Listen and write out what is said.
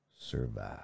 survive